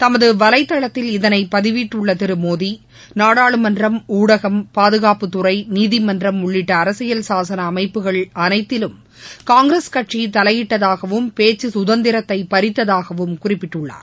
தமது வலைதளத்தில் இதனை பதிவிட்டுள்ள திரு மோடி நாடாளுமன்றம் ஊடகம் பாதுகாப்புத்துறை நீதிமன்றம் உள்ளிட்ட அரசியல் சாசன அமைப்புகள் அனைத்திலும் காங்கிரஸ் கட்சி தலையிட்டதாகவும் பேச்சு சுதந்திரத்தை பறித்தாகவும் குறிப்பிட்டுள்ளார்